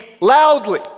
loudly